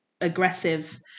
aggressive